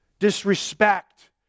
Disrespect